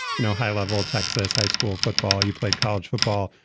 you know, high level texas high school football, you played college football,